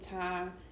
time